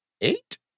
eight